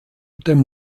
dem